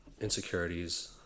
insecurities